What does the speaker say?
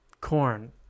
corn